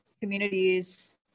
communities